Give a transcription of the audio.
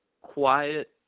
quiet